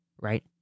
right